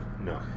no